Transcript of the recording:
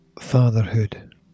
FATHERHOOD